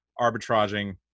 arbitraging